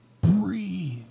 Breathe